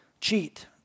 Cheat